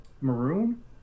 maroon